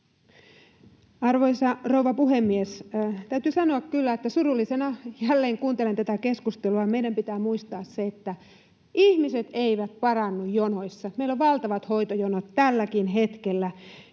Arvoisa rouva puhemies! Täytyy sanoa kyllä, että surullisena jälleen kuuntelen tätä keskustelua. Meidän pitää muistaa se, että ihmiset eivät parannu jonoissa ja että meillä on valtavat hoitojonot tälläkin hetkellä.